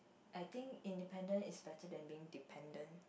I think independent is better than being dependent